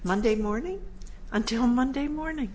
monday morning until monday morning